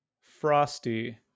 Frosty